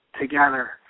together